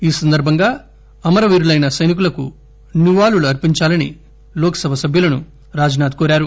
ఈ సందర్బంగా అమరవీరులైన సైనికులకు నివాళులు అర్పించాలని లోక్ సభ సభ్యులను ఆయన కోరారు